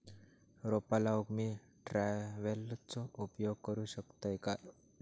रोपा लाऊक मी ट्रावेलचो उपयोग करू शकतय काय?